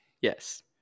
yes